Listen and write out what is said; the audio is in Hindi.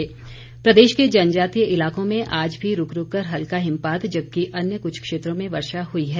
मौसम प्रदेश के जनजातीय इलाकों में आज भी रूक रूककर हल्का हिमपात जबकि अन्य कुछ क्षेत्रों में वर्षा हुई है